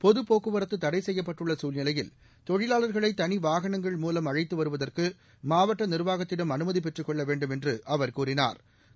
பொது போக்குவரத்து தடை செய்யப்பட்டுள்ள சூழ்நிலையில் தொழிலாளர்களை தனி வாகனங்கள் மூலம் அழைத்து வருவதற்கு மாவட்ட நிர்வாகத்திடம் அனுமதி பெற்று கொள்ள வேண்டும் என்று அவர் கூறினாா்